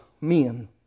men